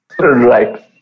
Right